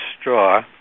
straw